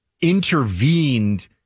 intervened